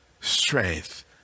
strength